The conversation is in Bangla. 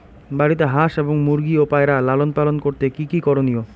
বাড়িতে হাঁস এবং মুরগি ও পায়রা লালন পালন করতে কী কী করণীয়?